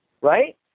right